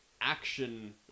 action